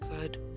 good